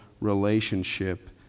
relationship